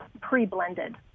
pre-blended